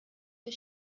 der